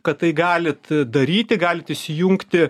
kad tai galit daryti galit įsijungti